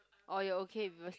orh you're okay with people sleeping